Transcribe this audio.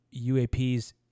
UAPs